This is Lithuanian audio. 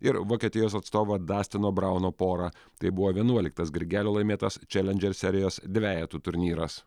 ir vokietijos atstovą dastino brauno porą tai buvo vienuoliktas grigelio laimėtas čialendžer serijos dvejetų turnyras